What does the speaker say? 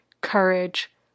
courage